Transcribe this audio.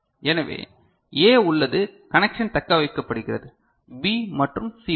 எனவே A உள்ளது connection தக்கவைக்கப்படுகிறது B மற்றும் C பார்